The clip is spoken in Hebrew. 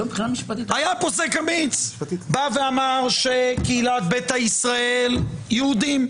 הוא אמר שקהילת ביתא ישראל הם יהודים,